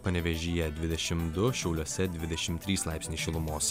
panevėžyje dvidešim du šiauliuose dvidešim trys laipsniai šilumos